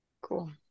Cool